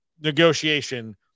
negotiation